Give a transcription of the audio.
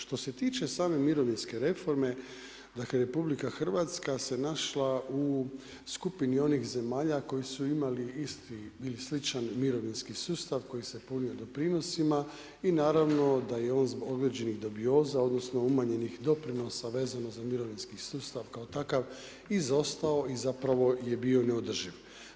Što se tiče same mirovinske reforme, dakle RH se našla u skupini onih zemalja koje su imali isti ili sličan mirovinski sustav koji se punio doprinosima i naravno da je on zbog određenih dubioza odnosno umanjenih doprinosa vezano za mirovinski sustav kao takav, izostao i zapravo je bio neodrživ.